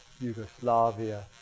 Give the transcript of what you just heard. Yugoslavia